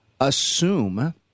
assume